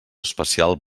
especial